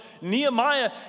Nehemiah